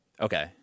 Okay